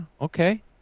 Okay